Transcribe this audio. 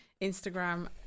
Instagram